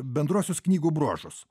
bendruosius knygų bruožus